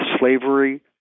slavery